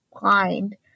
blind